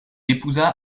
épousa